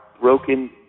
broken